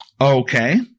Okay